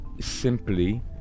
simply